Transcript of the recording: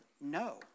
no